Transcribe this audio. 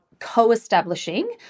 co-establishing